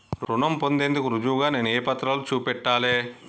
రుణం పొందేందుకు రుజువుగా నేను ఏ పత్రాలను చూపెట్టాలె?